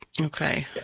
Okay